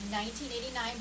1989